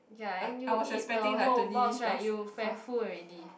ya and you eat the whole box right you very full already